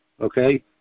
okay